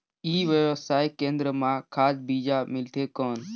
ई व्यवसाय केंद्र मां खाद बीजा मिलथे कौन?